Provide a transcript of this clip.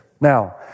Now